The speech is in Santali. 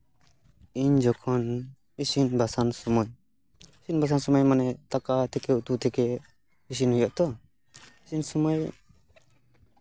ᱤᱧ ᱡᱚᱠᱷᱚᱱ ᱤᱥᱤᱱ ᱵᱟᱥᱟᱝ ᱥᱚᱢᱚᱭ ᱤᱥᱤᱱ ᱵᱟᱥᱟᱝ ᱥᱚᱢᱚᱭ ᱢᱟᱱᱮ ᱫᱟᱠᱟ ᱛᱷᱮᱠᱮ ᱩᱛᱩ ᱛᱷᱮᱠᱮ ᱤᱥᱤᱱ ᱦᱩᱭᱩᱜ ᱟᱛᱚ ᱤᱥᱤᱱ ᱥᱚᱢᱚᱭ